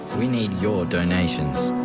we need your donations.